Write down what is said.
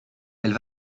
elle